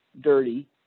dirty